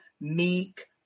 meek